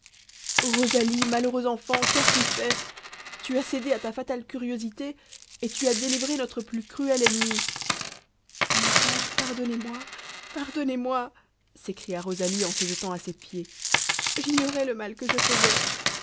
rosalie malheureuse enfant qu'as-tu fait tu as cédé à ta fatale curiosité et tu as délivré notre plus cruelle ennemie mon père pardonnez-moi pardonnez-moi s'écria rosalie en se jetant à ses pieds j'ignorais le mal que je faisais